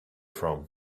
from